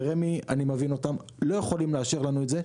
ורמ"י אני מבין אותם לא יכולים לאשר לנו את זה,